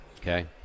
Okay